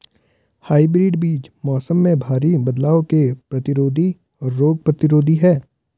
hybrid बीज मौसम में भारी बदलाव के प्रतिरोधी और रोग प्रतिरोधी हैं